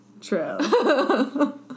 True